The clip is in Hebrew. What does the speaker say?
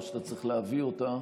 או שאתה צריך להביא אותה?